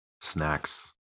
snacks